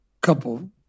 couple